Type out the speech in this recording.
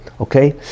Okay